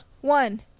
One